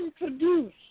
introduce